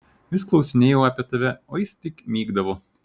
vis klausinėjau apie tave o jis tik mykdavo